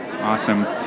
Awesome